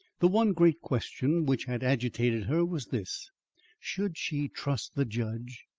the one great question which had agitated her was this should she trust the judge?